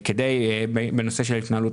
מי נגד?